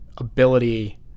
Ability